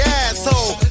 asshole